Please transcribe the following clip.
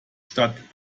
statt